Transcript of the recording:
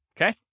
okay